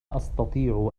أستطيع